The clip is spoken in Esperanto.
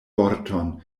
vorton